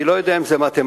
אני לא יודע אם זה מתמטיקה,